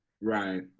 Right